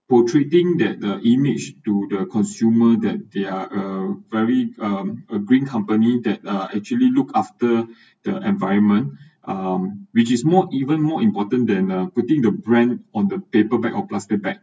protruding that the image to the consumer that they're a very um a green company that are actually look after the environment um which is more even more important than uh putting the brand on the paper bag or plastic bag